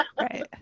Right